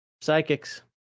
psychics